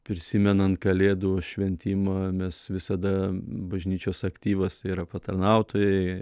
prisimenant kalėdų šventimą mes visada bažnyčios aktyvas tai yra patarnautojai